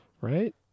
Right